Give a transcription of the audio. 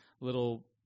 little